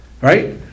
right